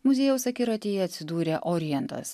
muziejaus akiratyje atsidūrė orientas